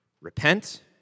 Repent